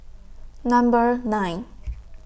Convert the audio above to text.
Number nine